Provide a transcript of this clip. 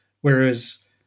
Whereas